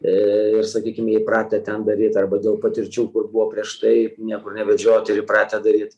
ir sakykim jie įpratę ten daryt arba dėl patirčių kur buvo prieš tai niekur nevedžioti ir įpratę daryt